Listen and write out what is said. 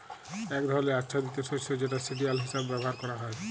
এক ধরলের আচ্ছাদিত শস্য যেটা সিরিয়াল হিসেবে ব্যবহার ক্যরা হ্যয়